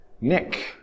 Nick